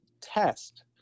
test